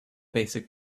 basic